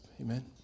Amen